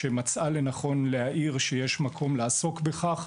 שמצאה לנכון להעיר שיש מקום לעסוק בכך,